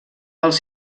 els